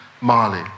Mali